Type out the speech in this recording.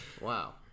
wow